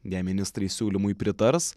jei ministrai siūlymui pritars